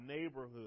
neighborhood